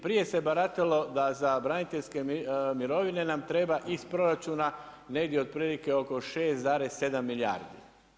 Prije se baratalo da za braniteljske mirovine nam treba iz proračuna negdje otprilike oko 6,7 milijardi.